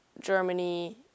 Germany